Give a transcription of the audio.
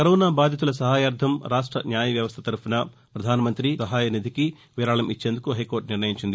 corona బాధితుల సహాయార్దం రాష్ట న్యాయ వ్యవస్ద తరఫున ప్రధానమంతి సహాయ నిధికి విరాకం ఇచ్చేందుకు హైకోర్టు నిర్ణయించింది